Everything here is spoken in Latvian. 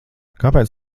kāpēc